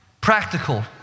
practical